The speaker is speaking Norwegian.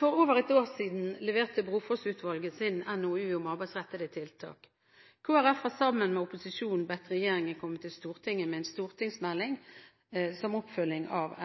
For over ett år siden leverte Brofoss-utvalget sin NOU om arbeidsrettede tiltak. Kristelig Folkeparti har sammen med opposisjonen bedt regjeringen komme til Stortinget med en stortingsmelding som oppfølging av